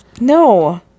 no